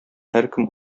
һәркем